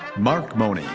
mark mone.